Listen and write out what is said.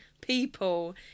people